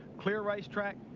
clear racetrack.